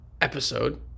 episode